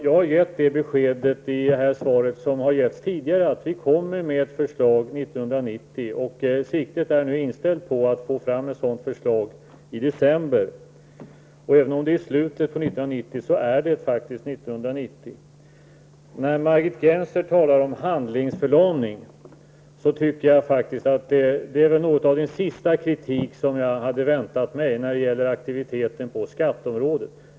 Jag gav det beskedet i mitt svar, och det har givits tidigare, att vi kommer med ett förslag 1990. Siktet är inställt på att få fram ett förslag i december. Även om det är slutet av 1990 så är det faktiskt När Margit Gennser talar om handlingsförlamningar tycker jag faktiskt att detta är något av den sista kritik som jag hade väntat mig när det gäller aktiviteter på skatteområdet.